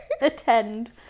attend